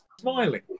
smiling